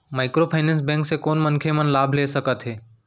Microfinance bank से कोन मनखे मन लाभ ले सकथे?